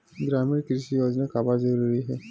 ग्रामीण कृषि योजना काबर जरूरी हे?